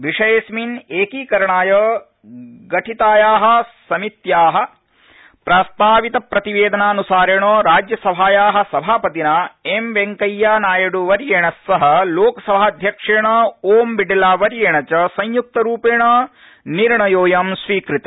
विषयेऽस्मिन् एकीकरणाय गठिताया समित्या प्रस्तावित प्रतिवेदनानुसारेण राज्यसभाया सभापतिना एमवेंकैयानायड्र वर्येण सह लोकसभाध्यक्षेण ओमबिडलावर्येण च संयुक्तरूपेण निर्णयोऽयं स्वीकृत